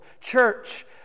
Church